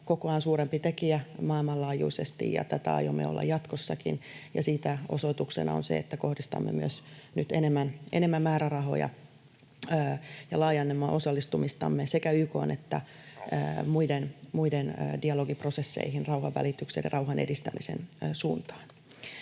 kokoaan suurempi tekijä maailmanlaajuisesti, ja tätä aiomme olla jatkossakin. Siitä osoituksena on se, että kohdistamme nyt enemmän määrärahoja ja laajennamme osallistumistamme sekä YK:n että muiden dialogiprosesseihin rauhanvälityksen ja rauhan edistämisen suuntaan.